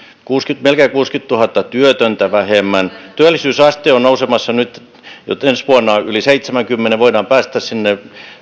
melkein kuusikymmentätuhatta työtöntä vähemmän työllisyysaste on nousemassa nyt ensi vuonna yli seitsemänkymmenen prosentin voidaan päästä